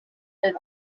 and